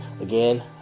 again